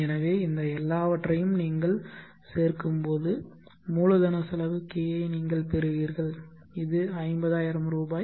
எனவே இந்த எல்லாவற்றையும் நீங்கள் சேர்க்கும்போது மூலதனச் செலவு K ஐ நீங்கள் பெறுவீர்கள் இது ஐம்பதாயிரம் ரூபாய்